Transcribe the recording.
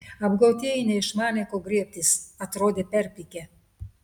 apgautieji neišmanė ko griebtis atrodė perpykę